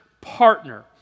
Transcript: partner